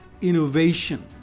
innovation